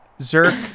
Zerk